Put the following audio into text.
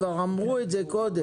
כבר אמרו את זה קודם.